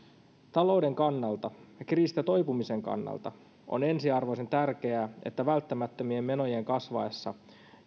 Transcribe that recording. talouden kannalta ja kriisistä toipumisen kannalta on ensiarvoisen tärkeää että välttämättömien menojen kasvaessa